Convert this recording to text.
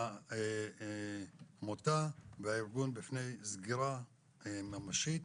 והעמותה והארגון בפני סגירה ממשית